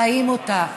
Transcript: חיים אותה,